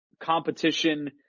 competition